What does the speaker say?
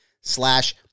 slash